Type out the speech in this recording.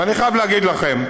אבל אני חייב להגיד לכם: